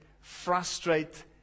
frustrate